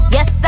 Yes